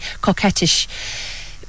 coquettish